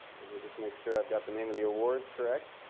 let me just make sure i've got the names of the awards correct.